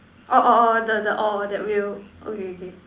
orh orh orh the the orh that wheel okay okay